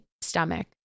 stomach